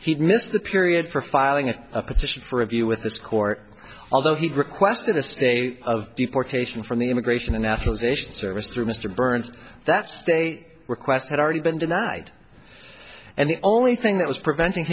he'd missed the period for filing a petition for review with this court although he requested a stay of deportation from the immigration and naturalization service through mr burns that state request had already been denied and the only thing that was preventing